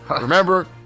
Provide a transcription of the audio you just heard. Remember